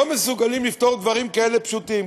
לא מסוגלים לפתור דברים כאלה פשוטים,